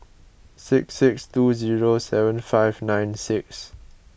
six six two zero seven five nine six